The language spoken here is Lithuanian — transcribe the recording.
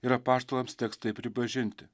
ir apaštalams teks tai pripažinti